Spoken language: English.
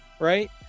Right